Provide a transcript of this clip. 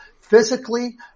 physically